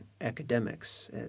academics